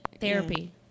therapy